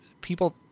people